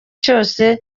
cyose